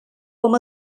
com